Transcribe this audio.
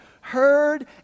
heard